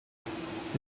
his